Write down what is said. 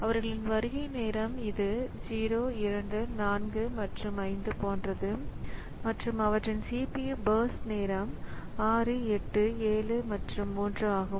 அவர்களின் வருகை நேரம் இது 0 2 4 மற்றும் 5 போன்றது மற்றும் அவற்றின் CPU பர்ஸ்ட் நேரம் 6 8 7 மற்றும் 3 ஆகும்